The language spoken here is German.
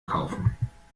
kaufen